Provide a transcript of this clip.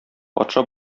патша